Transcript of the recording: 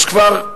יש כבר,